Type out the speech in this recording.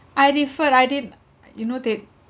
I deferred I didn't you know they